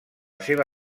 seva